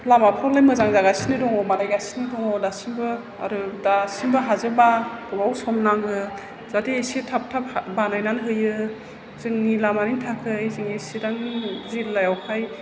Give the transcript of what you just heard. लामाफ्रालाय मोजां जागासिनो दङ बानायगासिनो दङ दासिमबो आरो दासिमबो हाजोबा गोबाव सम नाङो जाहाथे एसे थाब थाब बानायनानै होयो जोंनि लामानि थाखाय जोंनि चिरां जिल्लायाव हाय